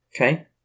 Okay